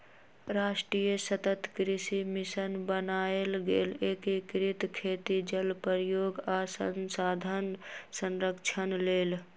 राष्ट्रीय सतत कृषि मिशन बनाएल गेल एकीकृत खेती जल प्रयोग आ संसाधन संरक्षण लेल